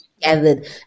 gathered